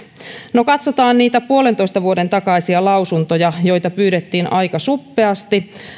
no katsotaan niitä puolentoista vuoden takaisia lausuntoja joita pyydettiin aika suppeasti